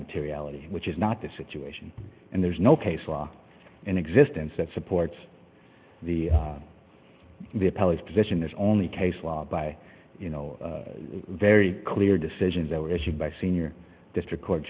materiality which is not the situation and there's no case law in existence that supports the the appellate position is only case law by you know very clear decisions that were issued by senior district court